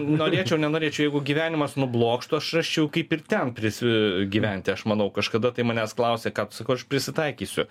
norėčiau nenorėčiau jeigu gyvenimas nublokštų aš rasčiau kaip ir ten prisi gyventi aš manau kažkada tai manęs klausė ką tu sakau aš prisitaikysiu